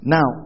Now